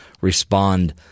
respond